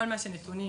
כל הנתונים